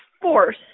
force